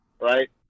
right